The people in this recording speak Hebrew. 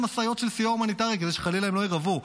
משאיות של סיוע הומניטרי כדי שחלילה לא ירעבו.